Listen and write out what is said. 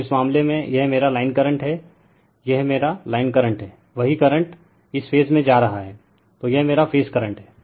तो इस मामले में यह मेरा लाइन करंट है यह मेरा लाइन करंट है वही करंट इस फेज में जा रहा है तो यह मेरा फेज करंट है